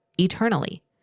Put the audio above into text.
eternally